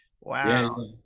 Wow